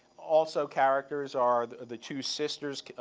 also characters are the two sisters,